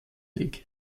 league